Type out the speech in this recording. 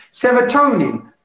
serotonin